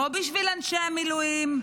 לא בשביל אנשי המילואים,